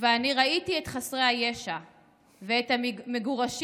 "ואני ראיתי את חסרי הישע / ואת המגורשים